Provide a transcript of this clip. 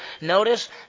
Notice